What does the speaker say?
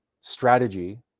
strategy